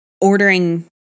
ordering